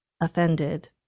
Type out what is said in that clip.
offended